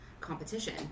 competition